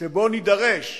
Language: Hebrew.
שבו נידרש